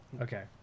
okay